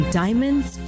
diamonds